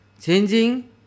Changing